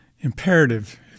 imperative